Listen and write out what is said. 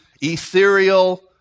ethereal